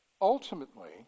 ultimately